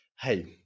Hey